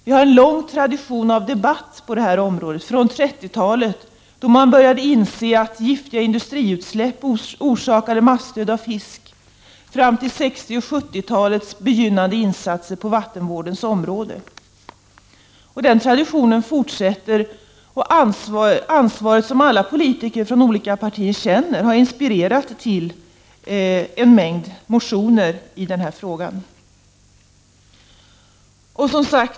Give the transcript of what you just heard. Vi har också en lång tradition av debatt på detta område från 30-talet, då man började inse att giftiga industriutsläpp orsakade massdöd av fisk, fram till 60 och 70-talens begynnande insatser på vattenvårdens område. Den traditionen fortsätter, och det ansvar som politiker från alla partier känner har inspirerat en mängd motioner i frågan.